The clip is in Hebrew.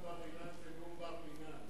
זה לא נאום בר-אילן, זה נאום בר-מינן.